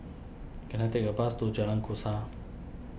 can I take a bus to Jalan Kasau